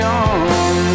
on